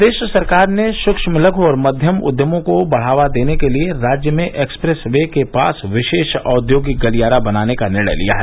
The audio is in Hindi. प्रदेश सरकार ने सूक्ष्म लघु और मध्यम उद्यमों को बढ़ावा देने के लिए राज्य में एक्सप्रेस वे के पास विशेष औद्योगिक गलियारा बनाने का निर्णय लिया है